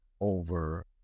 over